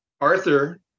Arthur